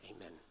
Amen